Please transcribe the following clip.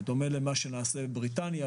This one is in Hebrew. בדומה למה שנעשה בבריטניה,